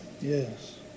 Yes